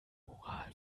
moral